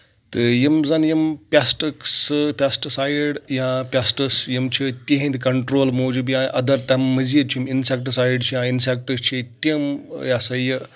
تہٕ یِم زَن یِم پیسٹک سُہ پیسٹسایڈ یا پیسٹٕس یِم چھِ تِہٕنٛدِ کَنٹرول موٗجوٗب یا اَدَر تَمہِ مٔزیٖد چھِ یِم اِنسیٚکٹسایڈ چھِ یا اِنسیکٹٕس چھِ تِم یہِ سا یہِ